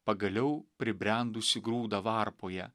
pagaliau pribrendusį grūdą varpoje